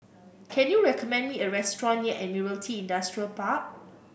can you recommend me a restaurant near Admiralty Industrial Park